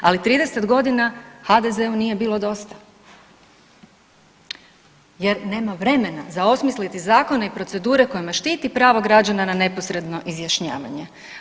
Ali 30 godina HDZ-u nije bilo dosta, jer nema vremena za osmisliti zakone i procedure kojima štiti pravo građana na neposredno izjašnjavanje.